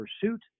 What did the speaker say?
pursuit